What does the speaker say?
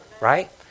Right